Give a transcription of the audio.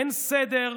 אין סדר,